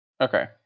Okay